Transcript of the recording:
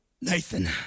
Nathan